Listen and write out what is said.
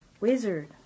Wizard